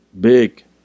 big